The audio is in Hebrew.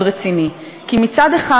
הזה,